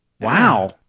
wow